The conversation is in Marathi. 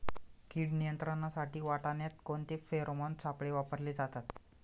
कीड नियंत्रणासाठी वाटाण्यात कोणते फेरोमोन सापळे वापरले जातात?